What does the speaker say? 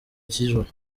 cy’ijoro